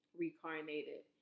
reincarnated